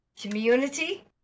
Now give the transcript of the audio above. community